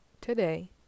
today